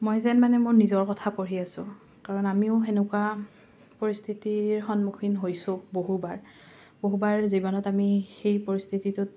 মই যেন মানে মোৰ নিজৰ কথা পঢ়ি আছোঁ কাৰণ আমিও সেনেকুৱা পৰিস্থিতিৰ সন্মুখীন হৈছোঁ বহুবাৰ বহুবাৰ জীৱনত আমি সেই পৰিস্থিতিটোত